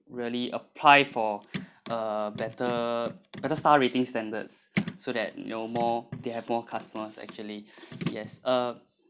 really apply for a better better star rating standards so that you know more they have more customers actually yes uh